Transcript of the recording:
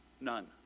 None